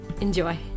Enjoy